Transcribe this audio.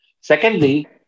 Secondly